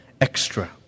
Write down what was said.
extra